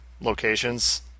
locations